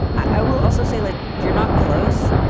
i will also say like you're not close.